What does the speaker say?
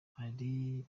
hari